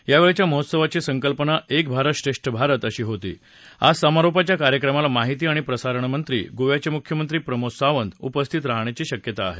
यावेळच्या महोत्सवाची संकल्पना एक भारत श्रेष्ठ भारतअशी होती आज समारोपाच्या कार्यक्रमाला माहिती आणि प्रसारणमंत्री गोव्याचे मुख्यमंत्री प्रमोद सावंत उपस्थित राहण्याची शक्यता आहे